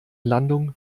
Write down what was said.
landung